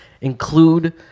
include